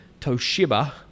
Toshiba